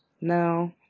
No